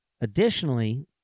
additionally